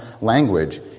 language